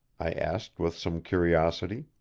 i asked with some curiosity.